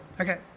Okay